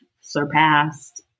surpassed